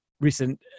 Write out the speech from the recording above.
recent